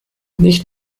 nicht